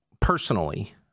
personally